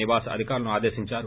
వివాస్ ప్రిఅధికారులను ఆదేశించారు